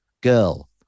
girl